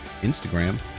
Instagram